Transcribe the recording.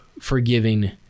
forgiving